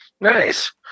nice